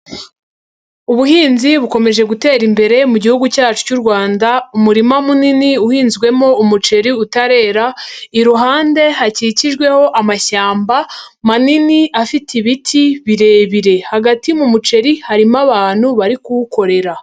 Ubuhinzi bukomeje gutera imbere mu gihugu cyacu cy'u Rwanda, umurima munini uhinzwemo umuceri utarera, iruhande hakikijweho amashyamba manini afite ibiti birebire, hagati mu muceri harimo abantu bari kuwukorera.